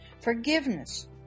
Forgiveness